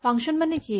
function মানে কি